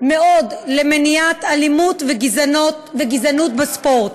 מאוד למניעת אלימות וגזענות בספורט.